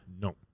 no